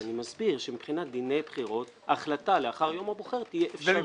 אז אני מסביר שמבחינת דיני בחירות החלטה לאחר יום הבוחר תהיה אפשרית.